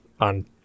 on